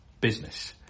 business